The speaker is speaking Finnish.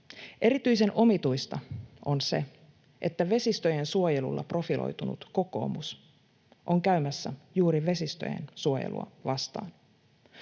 Erityisen omituista on se, että vesistöjen suojelulla profiloitunut kokoomus on käymässä juuri vesistöjen suojelua vastaan.